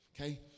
Okay